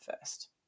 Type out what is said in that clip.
first